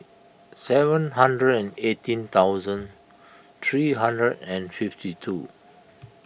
seven hundred and eighteen thousand three hundred and fifty two